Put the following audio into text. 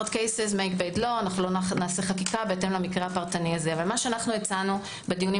לא נעשה חקיקה בהתאם למקרה הפרטני הזה אבל מה שהצענו בדיונים